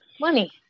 money